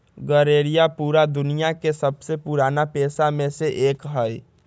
गरेड़िया पूरा दुनिया के सबसे पुराना पेशा में से एक हई